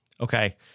Okay